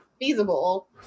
feasible